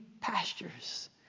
pastures